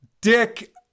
Dick